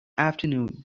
afternoon